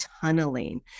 tunneling